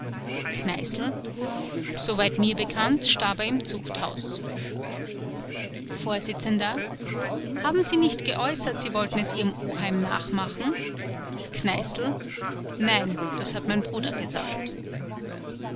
kneißl soweit mir bekannt starb er im zuchthaus vors haben sie nicht geäußert sie wollten es ihrem oheim nachmachen kneißl nein das hat mein bruder gesagt